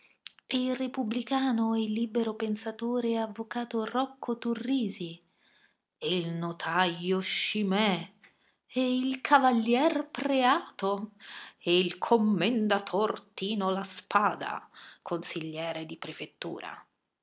e il repubblicano e libero pensatore avvocato rocco turrisi e il notajo scimè e il cavalier preato e il commendator tino laspada consigliere di prefettura